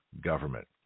government